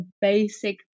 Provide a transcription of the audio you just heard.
basic